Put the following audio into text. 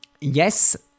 Yes